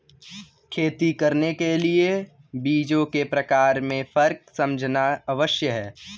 खेती करने के लिए बीजों के प्रकार में फर्क समझना आवश्यक है